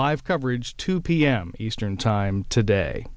live coverage two p m eastern time today